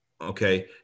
Okay